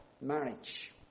marriage